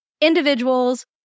individuals